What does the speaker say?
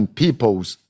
people's